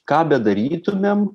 ką bedarytumėm